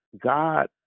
God